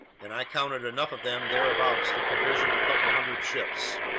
and i counted enough of them thereabouts to provision a couple hundred ships.